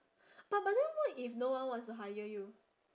but but then what if no one wants to hire you